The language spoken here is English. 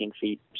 feet